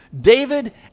David